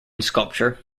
sculpture